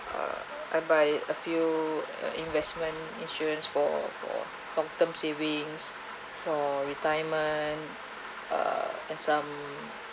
uh I buy a few err investment insurance for for long term savings for retirement err and some